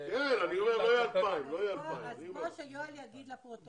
זה כבר עניין שצריך לבדוק את זה.